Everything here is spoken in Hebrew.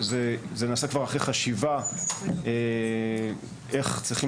זה נעשה כבר אחרי חשיבה איך צריכים